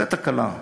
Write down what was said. זו תקלה.